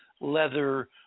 leather